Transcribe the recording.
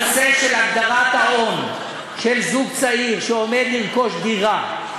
הנושא של הגדרת ההון של זוג צעיר שעומד לרכוש דירה,